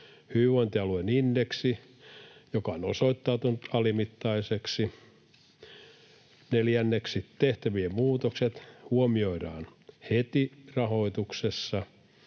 hyvinvointialueindeksi on osoittautunut alimittaiseksi, neljänneksi tehtävien muutokset huomioidaan heti rahoituksessa,